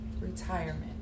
retirement